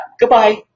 Goodbye